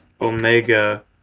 Omega